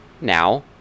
now